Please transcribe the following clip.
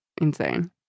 insane